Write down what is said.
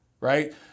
right